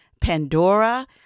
Pandora